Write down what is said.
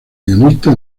guionista